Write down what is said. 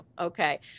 Okay